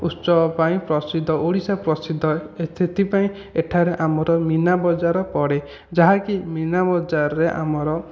ଉତ୍ସବ ପାଇଁ ପ୍ରସିଦ୍ଧ ଓଡ଼ିଶା ପ୍ରସିଦ୍ଧ ସେଥିପାଇଁ ଏଠାରେ ଆମର ମିନାବଜାର ପଡ଼େ ଯାହାକି ମିନାବଜାରରେ ଆମର